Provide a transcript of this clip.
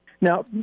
Now